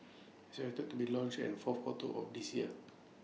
be launched and fourth quarter of this year